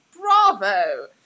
Bravo